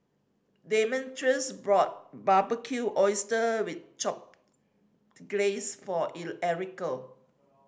Demetrius bought Barbecued Oyster with Glaze for Erica